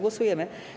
Głosujemy.